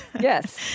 Yes